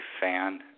fan